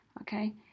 Okay